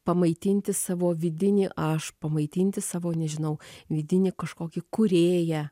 pamaitinti savo vidinį aš pamaitinti savo nežinau vidinį kažkokį kūrėją